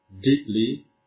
deeply